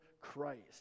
Christ